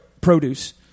produce